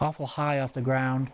awful high off the ground